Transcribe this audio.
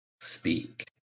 speak